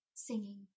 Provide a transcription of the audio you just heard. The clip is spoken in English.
Singing